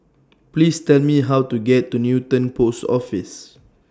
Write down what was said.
Please Tell Me How to get to Newton Post Office